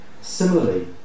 Similarly